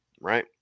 right